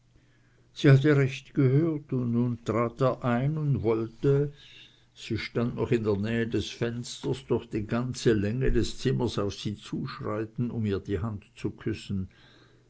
sie hatte recht gehört und nun trat er ein und wollte sie stand noch in der nähe des fensters durch die ganze länge des zimmers auf sie zuschreiten um ihr die hand zu küssen